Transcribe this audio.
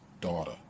daughter